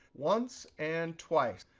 once and twice.